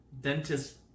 Dentist